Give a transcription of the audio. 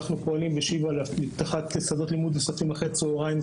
אנחנו פועלים בשיבא לפתיחת שדות לימוד נוספים אחר הצוהריים.